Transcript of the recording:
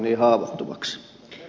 arvoisa puhemies